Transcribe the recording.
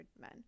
men